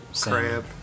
crab